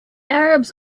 arabs